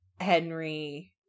Henry